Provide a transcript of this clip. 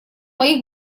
моих